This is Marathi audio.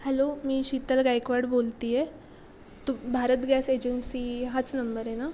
हॅलो मी शीतल गायकवाड बोलते आहे तु भारत गॅस एजन्सी हाच नंबर आहे ना